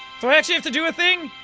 do i actually have to do a thing?